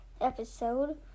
Episode